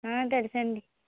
తెలుసు అండి